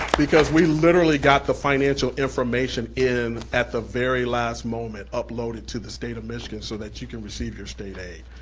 because we literally got the financial information in at the very last moment uploaded to the state of michigan so that you can receive your state aid.